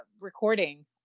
recording